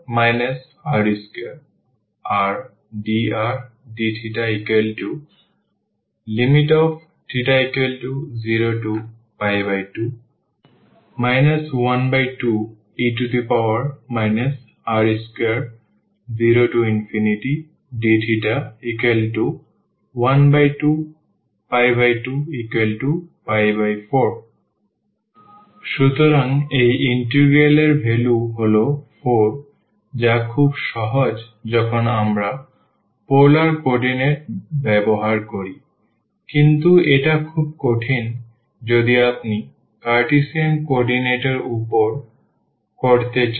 θ02r0e r2r dr dθθ02 12e r20dθ1224 সুতরাং এই integral এর ভ্যালু হল 4 যা খুব সহজ যখন আমরা পোলার কোঅর্ডিনেট ব্যবহার করি কিন্তু এটা খুব কঠিন যদি আপনি কার্টেসিয়ান কোঅর্ডিনেট এর উপর করতে করেন